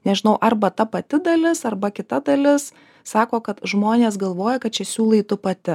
nežinau arba ta pati dalis arba kita dalis sako kad žmonės galvoja kad čia siūlai tu pati